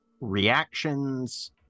reactions